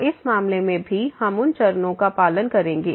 तो इस मामले में भी हम उन चरणों का पालन करेंगे